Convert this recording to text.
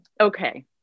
Okay